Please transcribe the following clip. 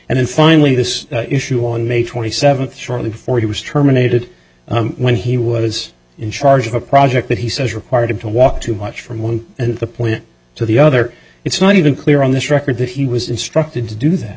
and then finally this issue on may twenty seventh shortly before he was terminated when he was in charge of a project that he says required him to walk to watch from one end of the point to the other it's not even clear on this record that he was instructed to do that